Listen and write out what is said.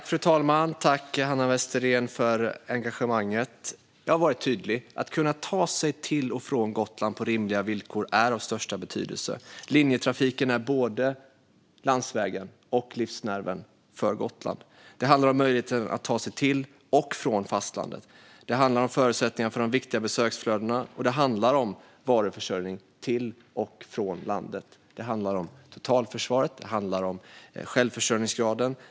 Fru talman! Tack, Hanna Westerén, för engagemanget! Jag har varit tydlig: att kunna ta sig till och från Gotland på rimliga villkor är av största betydelse. Linjetrafiken är både landsvägen och livsnerven för Gotland. Det handlar om möjligheten att ta sig till och från fastlandet. Det handlar om förutsättningar för de viktiga besöksflödena, och det handlar om varuförsörjning till och från fastlandet. Det handlar om totalförsvaret. Det handlar om självförsörjningsgraden.